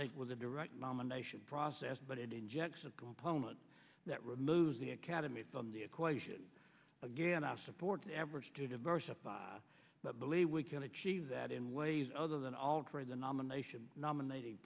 think was a direct nomination process but it injects a component that removes the academy from the equation again i support the average to diversify but believe we can achieve that in ways other than alter the nomination nominat